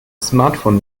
smartphone